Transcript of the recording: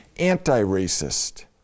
anti-racist